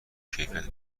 کیفیت